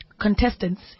contestants